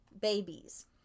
babies